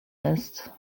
ist